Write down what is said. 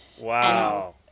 wow